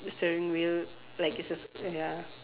steering wheel like it's a s~ ya